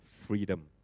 freedom